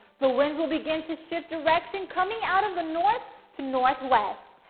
the winds will begin to shift direction coming out of the north to northwest.